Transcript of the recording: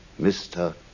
Mr